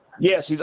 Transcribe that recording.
Yes